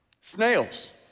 Snails